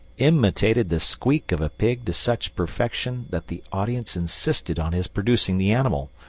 imitated the squeak of a pig to such perfection that the audience insisted on his producing the animal,